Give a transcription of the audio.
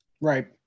Right